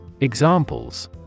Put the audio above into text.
Examples